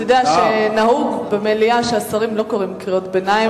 אתה יודע שנהוג במליאה שהשרים לא קוראים קריאות ביניים,